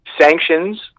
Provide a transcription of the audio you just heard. sanctions